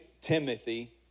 Timothy